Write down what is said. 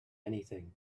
anything